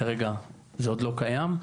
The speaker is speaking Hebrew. כרגע זה עוד לא קיים.